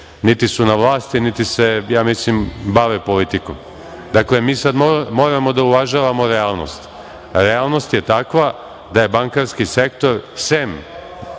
niti su na vlasti, niti se, ja mislim, bave politikom. Dakle, mi sad moramo da uvažavamo realnost. Realnost je takva da je bankarski sektor, sem